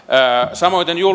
samoiten